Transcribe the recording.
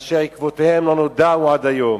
ועקבותיהם לא נודעו עד היום.